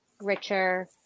richer